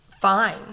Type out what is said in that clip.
fine